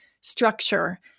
structure